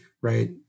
right